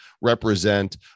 represent